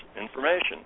information